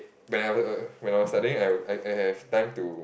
when when I was studying I I I have time to